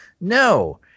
No